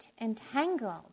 entangled